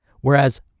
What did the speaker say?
whereas